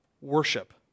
worship